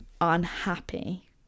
unhappy